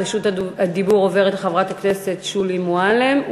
רשות הדיבור עוברת לחברת הכנסת שולי מועלם,